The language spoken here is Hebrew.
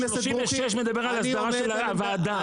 36 מדבר על הסדרה של הוועדה.